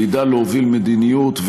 וידע להוביל מדיניות,